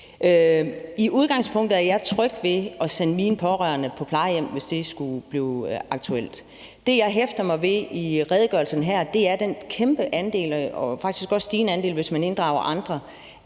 I udgangspunktet er jeg tryg ved at sende mine pårørende på plejehjem, hvis det skulle blive aktuelt. Det, jeg hæfter mig ved i redegørelsen her, er den kæmpe – faktisk også stigende, hvis man inddrager andre